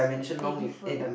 they differ